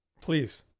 Please